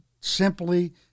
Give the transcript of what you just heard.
simply